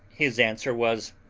his answer was,